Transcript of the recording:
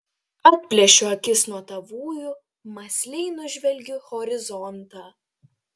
atplėšiu akis nuo tavųjų mąsliai nužvelgiu horizontą